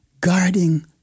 guarding